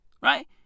right